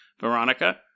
Veronica